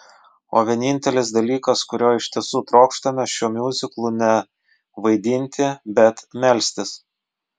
o vienintelis dalykas kurio iš tiesų trokštame šiuo miuziklu ne vaidinti bet melstis